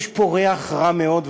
יש פה ריח רע מאוד,